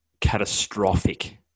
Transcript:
catastrophic